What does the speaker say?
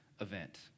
event